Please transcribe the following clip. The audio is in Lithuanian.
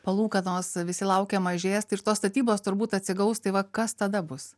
palūkanos visi laukia mažės tai ir tos statybos turbūt atsigaus tai va kas tada bus